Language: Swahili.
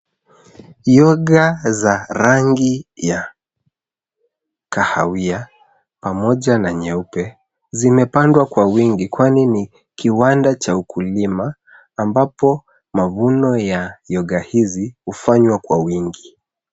Yoga za rangi za kahawia pamoja na nyeupe zimepandwa kwa wingi, kwani ni kiwanda cha ukulima, ambapo mavuno ya yoga hizi hufanywa kwa wingi.